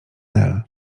nel